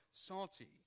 salty